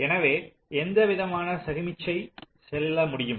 எனவே எந்த விதமான சமிக்ஞை செல்ல முடியும்